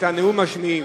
את הנאום משמיעים.